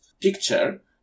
picture